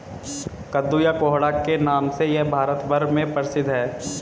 कद्दू या कोहड़ा के नाम से यह भारत भर में प्रसिद्ध है